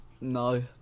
No